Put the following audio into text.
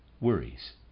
worries